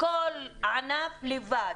כל ענף בנפרד.